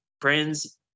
Friends